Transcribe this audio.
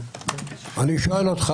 אני שואל אותך,